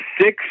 Six